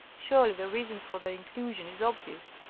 surely the reason for their in clusion is obvious.